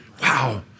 Wow